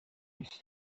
نیست